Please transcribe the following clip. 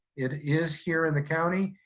it is here in the county,